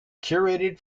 curated